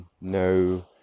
no